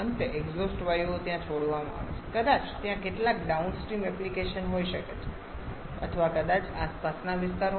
અંતે એક્ઝોસ્ટ વાયુઓ ત્યાં છોડવામાં આવે છે કદાચ ત્યાં કેટલાક ડાઉનસ્ટ્રીમ એપ્લિકેશન હોઈ શકે છે અથવા કદાચ આસપાસના વિસ્તારોમાં